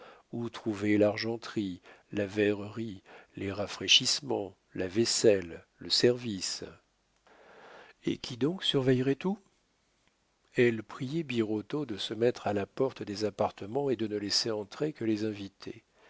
où trouver l'argenterie la verrerie les rafraîchissements la vaisselle le service et qui donc surveillerait tout elle priait birotteau de se mettre à la porte des appartements et de ne laisser entrer que les invités